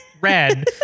red